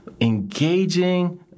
engaging